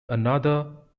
another